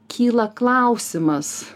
kyla klausimas